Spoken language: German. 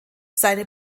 seine